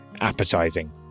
appetizing